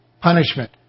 punishment